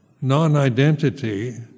non-identity